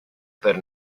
per